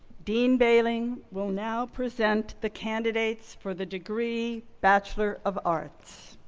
dean behling will now present the candidates for the degree bachelor of arts.